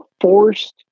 forced